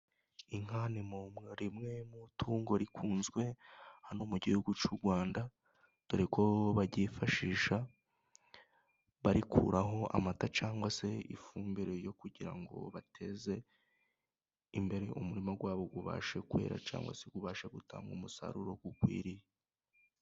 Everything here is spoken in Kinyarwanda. Inka ni rimwe mu itungo rikunzwe hano mu gihugu cy'urwanda dore ko baryifashisha; barikuraho amata cg se ifumbire yo kugira ngo bateze imbere umurima wabo ubashe kwera cyangwa se ubashe gutanga umusaruro ukwiriye.